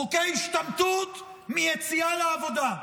חוקי השתמטות מיציאה לעבודה,